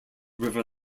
river